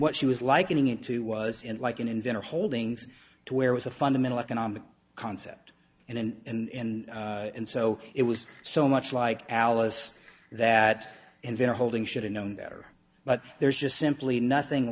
what she was likening it to was in like an inventor holdings to where was a fundamental economic concept and and so it was so much like alice that inventor holding should have known better but there's just simply nothing